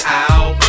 out